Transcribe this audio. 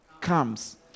comes